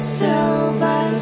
silver